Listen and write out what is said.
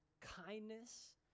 kindness